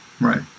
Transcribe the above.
Right